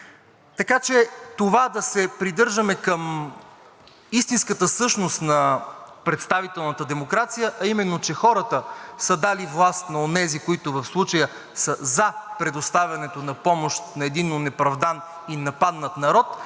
Така че това да се придържаме към истинската същност на представителната демокрация, а именно, че хората са дали власт на онези, които в случая са за предоставянето на помощ на един онеправдан и нападнат народ,